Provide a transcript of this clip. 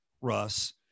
Russ